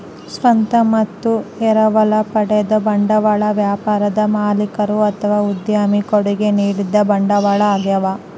ಸ್ವಂತ ಮತ್ತು ಎರವಲು ಪಡೆದ ಬಂಡವಾಳ ವ್ಯಾಪಾರದ ಮಾಲೀಕರು ಅಥವಾ ಉದ್ಯಮಿ ಕೊಡುಗೆ ನೀಡಿದ ಬಂಡವಾಳ ಆಗ್ಯವ